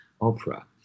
opera